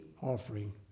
offering